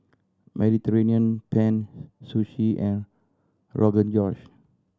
Mediterranean Penne Sushi and Rogan Josh